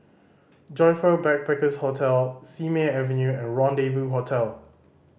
Joyfor Backpackers' Hostel Simei Avenue and Rendezvous Hotel